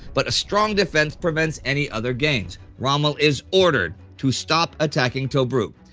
but a strong defense prevents any other gains. rommel is ordered to stop attacking tobruk.